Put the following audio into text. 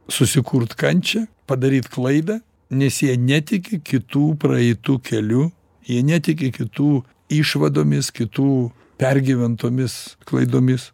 susikurt kančią padaryt klaidą nes jie netiki kitų praeitu keliu jie netiki kitų išvadomis kitų pergyventomis klaidomis